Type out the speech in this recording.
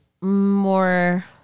more